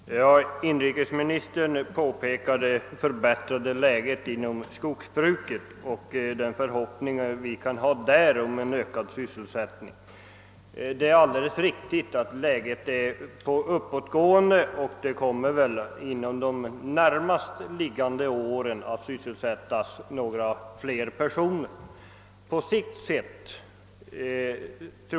Herr talman! Inrikesministern framhöll det förbättrade läget för skogsnäringen och pekade på de förhoppningar vi kan hysa om ökad sysselsättning där. Det är riktigt att konjunkturerna är på uppåtgående inom skogsbruket, och inom de närmaste åren kommer troligen fler personer att sysselsättas där.